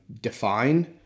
define